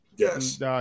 Yes